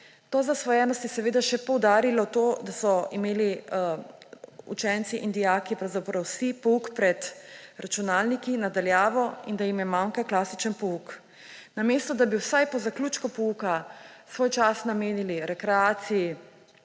To zasvojenost je seveda še poudarilo to, da so imeli učenci in dijaki pravzaprav vsi pouk pred računalniki, na daljavo in da jim je manjkal klasičen pouk. Namesto da bi vsaj po zaključku pouka svoj čas namenili rekreaciji,